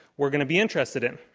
we're going to be interested in.